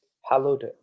hallowed